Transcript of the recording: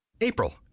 April